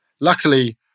Luckily